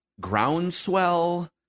groundswell